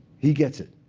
he gets it.